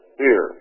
fear